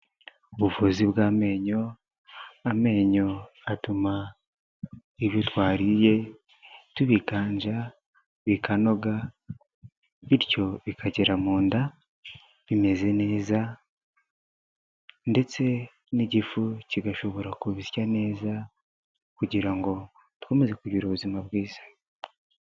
Ubuvuzi bw'amenyo, amenyo atuma ibyo twariye tubikanja, bikanoga bityo bikagera mu nda bimeze neza ndetse n'igifu kigashobora kubisya neza kugira ngo dukomeze kugira ubuzima bwiza.